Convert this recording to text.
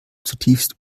zutiefst